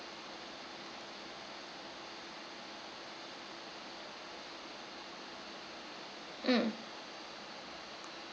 mm